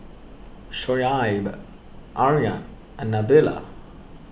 Shoaib Aryan and Nabila